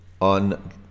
on